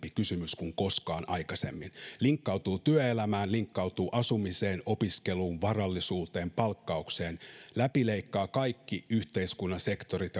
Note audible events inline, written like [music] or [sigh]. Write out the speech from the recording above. kysymys kuin koskaan aikaisemmin linkkautuu työelämään linkkautuu asumiseen opiskeluun varallisuuteen palkkaukseen läpileikkaa kaikki yhteiskunnan sektorit [unintelligible]